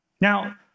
Now